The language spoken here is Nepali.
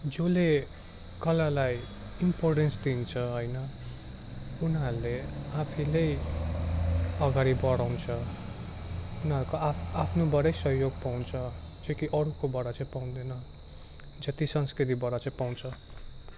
जसले कलालाई इम्पोर्टेन्स दिन्छ होइन उनीहरूले आफैले अगाडि बढाउँछ उनीहरूको आफ् आफ्नोबाटै सहयोग पाउँछ जो कि अरूकोबाट चाहिँ पाउँदैन जो त्यै संस्कृतिबाट चाहिँ पाउँछ